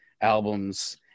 albums